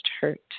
hurt